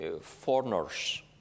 foreigners